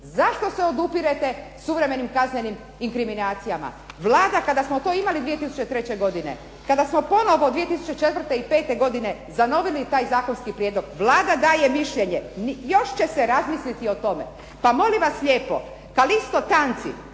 Zašto se odupirete suvremenim kaznenim inkriminacijama? Vlada kada smo to imali 2003. godine, kada smo ponovno 2004. i '05. godine zanovili taj zakonski prijedlog, Vlada daje mišljenje još će se razmisliti o tome. Pa molim vas lijepo Calisto Tanzi